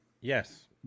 yes